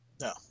No